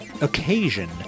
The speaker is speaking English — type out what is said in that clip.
occasion